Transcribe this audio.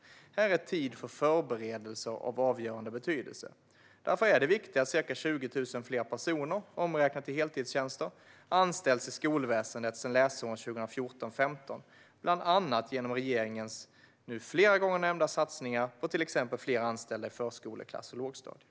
Här är tid för förberedelser av avgörande betydelse. Därför är det viktigt att ca 20 000 fler personer, omräknat till heltidstjänster, anställts i skolväsendet sedan läsåret 2014/15, bland annat genom regeringens nu flera gånger nämnda satsningar på till exempel fler anställda i förskoleklass och på lågstadiet.